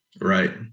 Right